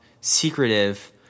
secretive